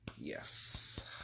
yes